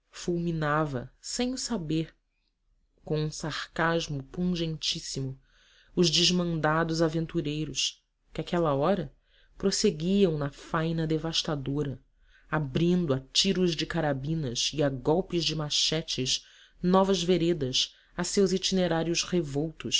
fulminava sem o saber com um sarcasmo pungentíssimo os desmandados aventureiros que àquela hora prosseguiam na faina devastadora abrindo a tiros de carabinas e a golpes de machetes novas veredas a seus itinerários revoltos